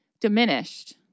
diminished